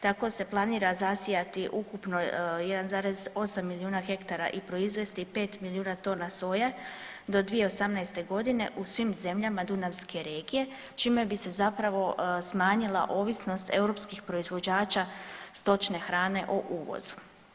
Tako se planira zasijati ukupno 1,8 milijuna hektara i proizvesti 5 milijuna tona soje do 2018. godine u svim zemljama dunavske regije čime bi se zapravo smanjila ovisnost europskih proizvođača stočne hrane o uvozu.